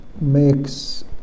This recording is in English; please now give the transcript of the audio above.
makes